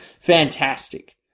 fantastic